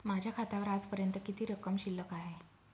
माझ्या खात्यावर आजपर्यंत किती रक्कम शिल्लक आहे?